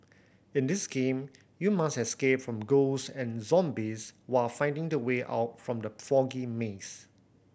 in this game you must escape from ghost and zombies while finding the way out from the foggy maze